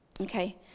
Okay